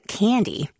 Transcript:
candy